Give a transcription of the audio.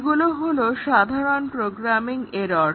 এগুলো হলো সাধারণ প্রোগ্রামিং এরর